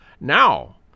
Now